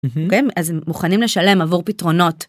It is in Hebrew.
אז מוכנים לשלם עבור פתרונות.